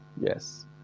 yes